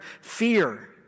fear